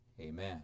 Amen